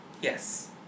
Yes